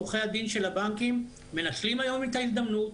עורכי הדין של הבנקים מנצלים היום את ההזדמנות,